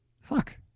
Fuck